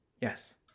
Yes